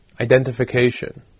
identification